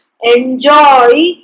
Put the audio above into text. enjoy